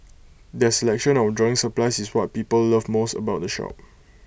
their selection of drawing supplies is what people love most about the shop